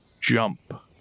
jump